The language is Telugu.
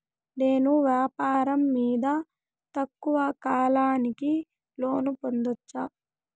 నేను వ్యాపారం మీద తక్కువ కాలానికి లోను పొందొచ్చా?